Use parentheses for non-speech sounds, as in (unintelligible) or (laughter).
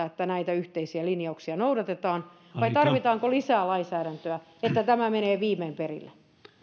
(unintelligible) että näitä yhteisiä linjauksia noudatetaan vai tarvitaanko lisää lainsäädäntöä että tämä menee viimein perille